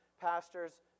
pastors